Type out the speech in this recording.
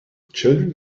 children